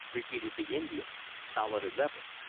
repeated the indian, stolid as ever.